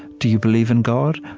do you believe in god?